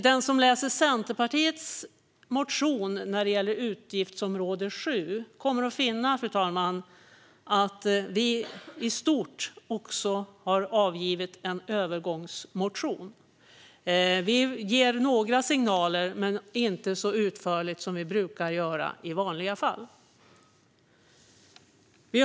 Den som läser Centerpartiets motion om utgiftsområde 7 kommer att finna att vi i stort också har väckt en övergångsmotion. Vi ger några signaler men inte så utförligt som vi brukar göra i vanliga fall.